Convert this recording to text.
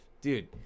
Dude